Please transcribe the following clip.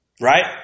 Right